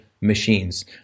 machines